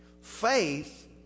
Faith